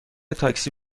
تاکسی